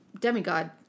Demigod